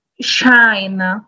shine